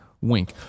Wink